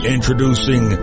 Introducing